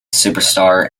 superstar